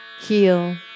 heal